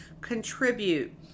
contribute